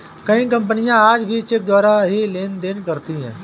कई कपनियाँ आज भी चेक द्वारा ही लेन देन करती हैं